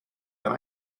and